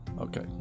Okay